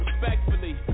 respectfully